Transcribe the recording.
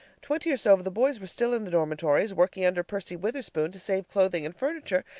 twenty or so of the boys were still in the dormitories, working under percy witherspoon to save clothing and furniture,